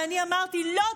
ואני אמרתי: לא,